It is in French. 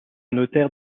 notaire